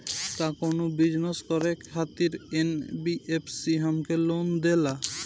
का कौनो बिजनस करे खातिर एन.बी.एफ.सी हमके लोन देला?